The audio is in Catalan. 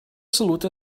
salut